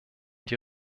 die